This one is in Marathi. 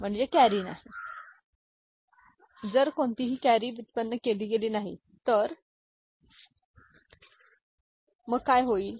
आणि जर कोणतीही कॅरी व्युत्पन्न केली गेली नाही तर जर कोणतीही कॅरी व्युत्पन्न झाली नाही तर मग काय होईल